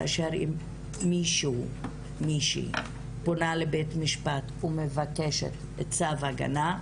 כאשר מישהו או מישהי פונה לבית המשפט ומבקשת צו הגנה,